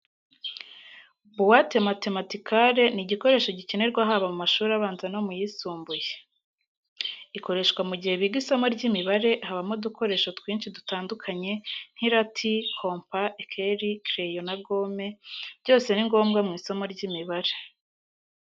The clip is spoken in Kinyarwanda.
Buwate matematikare ni igikoresho gikenerwa haba mu mashuri abanza no mu yisumbuye. Ikoreshwa mu gihe biga isomo ry'imibare, habamo udukoresho twinshi dutandukanye nk'i rati, kompa, ekeri, kereyo na gome, byose ni ngombwa mu isomo ry'imibare.